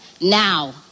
now